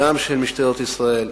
גם של משטרת ישראל,